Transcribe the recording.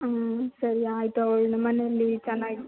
ಹ್ಞೂ ಸರಿ ಆಯಿತು ಅವಳನ್ನ ಮನೆಯಲ್ಲಿ ಚೆನ್ನಾಗಿ